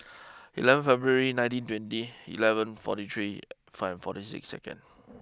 eleven February nineteen twenty eleven forty three five forty six